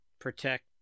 protect